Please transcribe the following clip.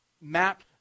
map